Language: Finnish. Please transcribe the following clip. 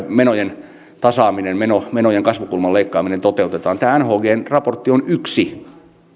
menojen tasaaminen menojen menojen kasvukulman leikkaaminen toteutetaan tämä nhgn raportti on yksi